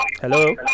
Hello